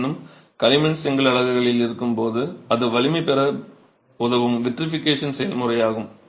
இருப்பினும் களிமண் செங்கல் அலகுகளில் இருக்கும் போது அது வலிமை பெற உதவும் செயல்முறை விட்ரிஃபிகேஷன் செயல்முறையாகும்